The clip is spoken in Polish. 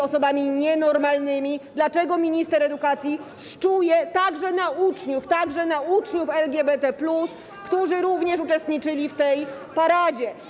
osobami nienormalnymi, dlaczego minister edukacji szczuje także na uczniów, także na uczniów LGBT+, którzy również uczestniczyli w tej paradzie.